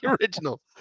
original